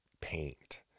paint